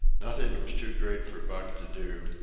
nothing was too great for buck to do,